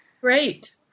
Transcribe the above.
Great